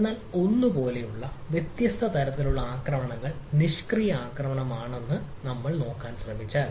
എന്നാൽ ഒന്ന് പോലുള്ള വ്യത്യസ്ത തരത്തിലുള്ള ആക്രമണങ്ങൾ നിഷ്ക്രിയ ആക്രമണമാണെന്ന് നമ്മൾ നോക്കാൻ ശ്രമിച്ചാൽ